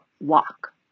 walk